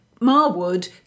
Marwood